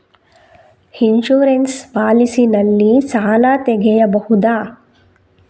Insurance policy ನಲ್ಲಿ ಸಾಲ ತೆಗೆಯಬಹುದ?